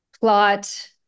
plot